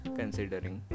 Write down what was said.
considering